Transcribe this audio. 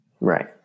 right